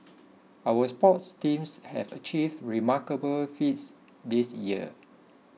our sports teams have achieved remarkable feats this year